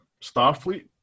Starfleet